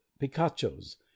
picachos